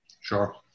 Sure